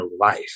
life